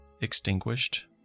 Extinguished